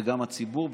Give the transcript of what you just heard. וגם הציבור,